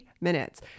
minutes